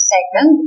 Second